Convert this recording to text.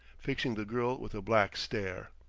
fixing the girl with a black stare.